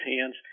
hands